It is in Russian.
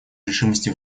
решимости